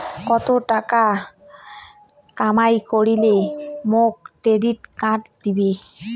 কত টাকা কামাই করিলে মোক ক্রেডিট কার্ড দিবে?